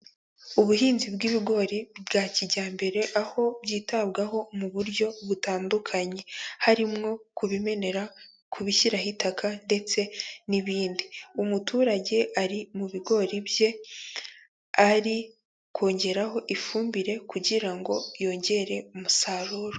Ubuhinzi bw'ibigori bwa kijyambere, aho byitabwaho mu buryo butandukanye, harimo kubimenera, kubishyiraho itaka ndetse n'ibindi. Umuturage ari mu bigori bye ari kongeraho ifumbire kugira ngo yongere umusaruro.